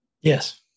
Yes